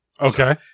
Okay